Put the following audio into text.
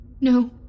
No